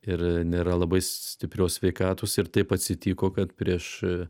ir nėra labai stiprios sveikatos ir taip atsitiko kad prieš